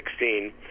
2016